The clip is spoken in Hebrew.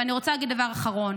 ואני רוצה הגיד דבר אחרון: